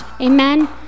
Amen